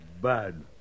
Bad